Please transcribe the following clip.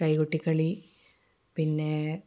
കൈകൊട്ടിക്കളി പിന്നെ